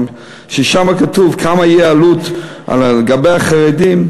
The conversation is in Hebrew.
לגבי כמה תהיה העלות לגבי החרדים,